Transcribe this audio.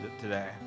today